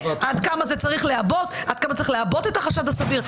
עד כמה צריך לעבות את החשד הסביר,